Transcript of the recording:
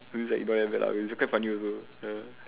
so it's like whatever lah it's quite funny also ya